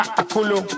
akolo